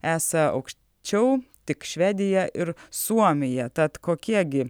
esa aukščiau tik švedija ir suomija tad kokie gi